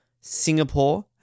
Singapore